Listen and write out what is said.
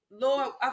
lord